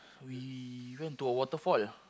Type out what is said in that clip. we went to a waterfall